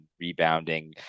rebounding